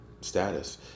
status